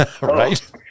right